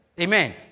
Amen